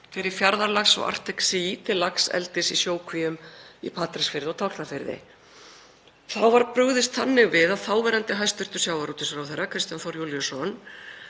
fyrir Fjarðarlax og Arctic Sea til laxeldis í sjókvíum í Patreksfirði og Tálknafirði. Þá var brugðist þannig við að þáverandi hæstv. sjávarútvegsráðherra, Kristján Þór Júlíusson,